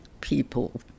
people